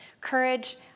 Courage